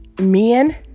men